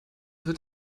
wird